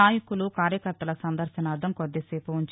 నాయకులు కార్యకర్తల సందర్భనార్ణం కొద్దిసేపు ఉంచి